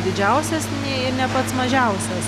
didžiausias nei ne pats mažiausias